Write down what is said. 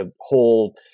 whole